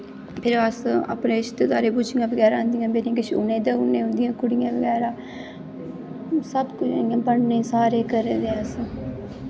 ते फिर अस अपनें रिश्तेदारें गुशियां बगैरा होंदियां किश उ'नें गी देई ओड़ने उं'दियां कुड़ियां बगैरा सब कोई बौह्ने घर दे अस